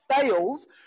fails